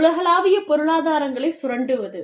உலகளாவிய பொருளாதாரங்களை சுரண்டுவது